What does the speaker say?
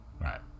right